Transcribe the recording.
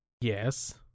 Yes